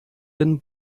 been